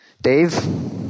Dave